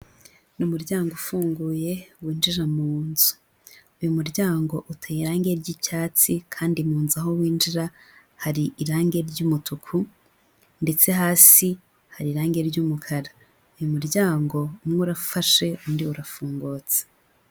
Ni umuryango ufunguye winjira mu nzu. Uyu muryango uteye irangi ry'icyatsi kandi mu nzu aho winjira hari irangi ry'umutuku ndetse hasi hari irangi ry'umukara. Uyu muryango umwe urafashe, undi urafungutse.